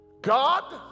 God